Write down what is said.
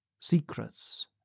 Secrets